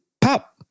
pop